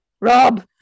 Rob